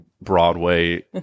broadway